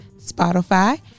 Spotify